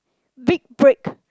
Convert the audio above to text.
big break